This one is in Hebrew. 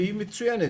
והיא מצוינת,